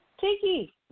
Tiki